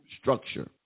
structure